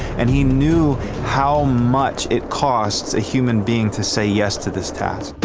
and he knew how much it costs a human being to say yes to this task.